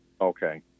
Okay